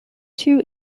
two